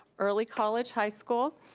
early college high school,